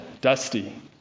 dusty